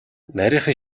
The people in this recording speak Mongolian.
нарийхан